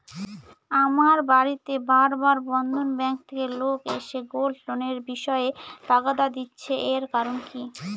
আমার বাড়িতে বার বার বন্ধন ব্যাংক থেকে লোক এসে গোল্ড লোনের বিষয়ে তাগাদা দিচ্ছে এর কারণ কি?